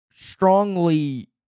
strongly